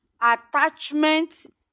attachment